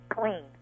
clean